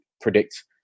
predict